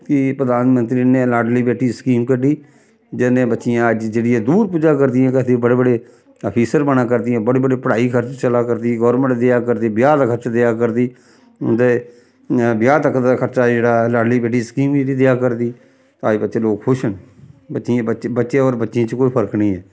कि प्रधानमंत्री ने लाडली बेटी स्कीम कड्ढी जेह्दे नै बच्चियां अज्ज जेह्ड़ी ऐ दूर पुज्जा करदियां केह् आखदे बड़े बड़े आफिसर बना करदियां बड़े बड़े पढ़ाई कर चला करदी गौरमैंट देआ करदी ब्याह् दा खर्च देआ करदी हून ते ब्याह् तक दा खर्चा जेह्ड़ा ऐ लाडली बेटी स्कीम जेह्ड़ी देआ करदी अजकल्ल ते लोक खुश न बच्चियें बच्चे और बच्चियें च कोई फर्क नेईं ऐ